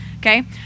okay